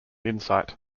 insight